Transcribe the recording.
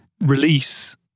release